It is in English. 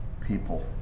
people